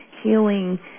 healing